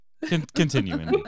Continuing